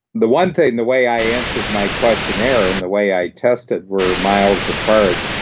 the one thing, the way i answered my questionnaire and the way i tested were miles apart,